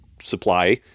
supply